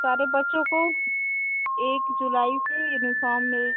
सारे बच्चों को एक जुलाई से यूनिफ़ॉर्म मिल